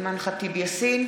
אימאן ח'טיב יאסין.